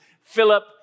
Philip